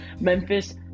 Memphis